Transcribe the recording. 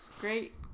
Great